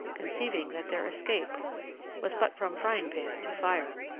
conceiving that their escape was but from frying-pan to fire.